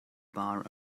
bar